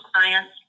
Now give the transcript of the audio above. clients